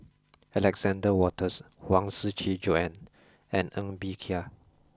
Alexander Wolters Huang Shiqi Joan and Ng Bee Kia